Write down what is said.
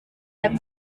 jam